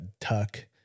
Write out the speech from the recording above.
Tuck